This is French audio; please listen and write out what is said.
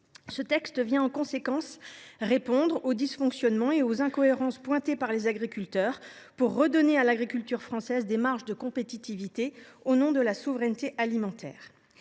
Ce texte vient répondre aux dysfonctionnements et aux incohérences pointés par les agriculteurs afin de rendre à l’agriculture française des marges de compétitivité au nom de la souveraineté alimentaire.